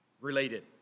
related